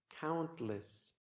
countless